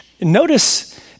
Notice